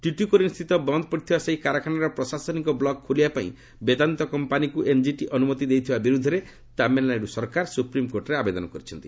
ଟ୍ୟୁଟିକୋରିନ୍ସ୍ଥିତ ବନ୍ ପଡ଼ିଥିବା ସେହି କାରଖାନାର ପ୍ରଶାସନିକ ବ୍ଲୁକ ଖୋଲିବା ପାଇଁ ବେଦାନ୍ତ କମ୍ପାନିକୁ ଏନ୍କିଟି ଅନୁମତି ଦେଇଥିବା ବିରୁଦ୍ଧରେ ତାମିଲନାଡୁ ସରକାର ସୁପ୍ରିମକୋର୍ଟରେ ଆବେଦନ କରିଛନ୍ତି